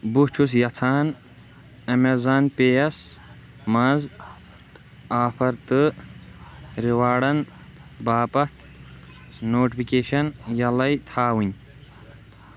بہٕ چھَُس یژھان اَمٮ۪زان پے یَس منٛز آفر تہٕ رِواڈَن باپتھ نوٹِفِکیشن یَلَے تھاوٕنۍ